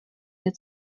wir